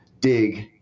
dig